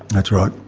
that's right.